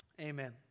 Amen